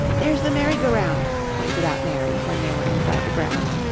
there's the merry-go-round, pointed out mary when they were inside the grounds,